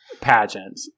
pageant